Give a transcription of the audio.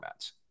formats